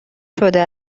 شده